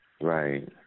Right